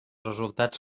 resultats